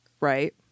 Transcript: Right